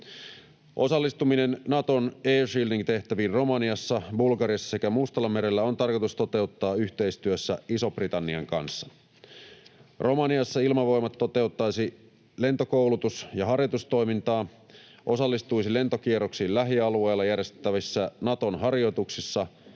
Osallistuminen Naton air shielding ‑tehtäviin Romaniassa, Bulgariassa sekä Mustallamerellä on tarkoitus toteuttaa yhteistyössä Ison-Britannian kanssa. Romaniassa Ilmavoimat toteuttaisi lentokoulutus‑ ja harjoitustoimintaa, osallistuisi lentokierroksiin lähialueilla järjestettävissä Naton harjoituksissa,